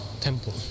temple